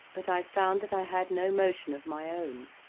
but i found that i had no motion of my own.